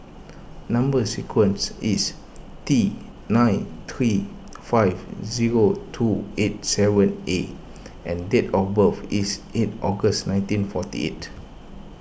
Number Sequence is T nine three five zero two eight seven A and date of birth is eight August nineteen forty eight